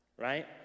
right